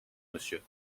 monsieur